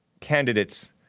Candidates